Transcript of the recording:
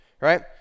right